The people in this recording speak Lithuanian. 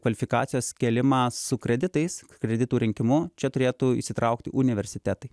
kvalifikacijos kėlimą su kreditais kreditų rinkimu čia turėtų įsitraukti universitetai